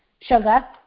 Sugar